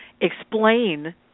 explain